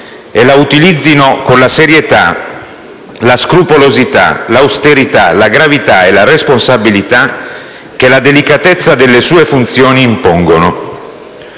e la utilizzino con la serietà, la scrupolosità, l'austerità, la gravità e la responsabilità che la delicatezza delle sue funzioni impongono.